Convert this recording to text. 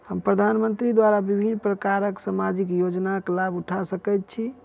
हम प्रधानमंत्री द्वारा विभिन्न प्रकारक सामाजिक योजनाक लाभ उठा सकै छी?